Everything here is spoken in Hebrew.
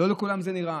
לא לכולם זה נראה,